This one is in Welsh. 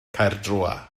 caerdroea